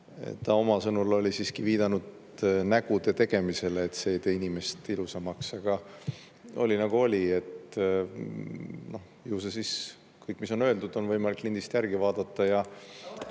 Ta oma sõnul oli siiski viidanud nägude tegemisele, et see ei tee inimest ilusamaks. Aga oli, nagu oli. Ju see kõik, mis on öeldud, on võimalik lindist järgi vaadata.